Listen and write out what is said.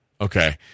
Okay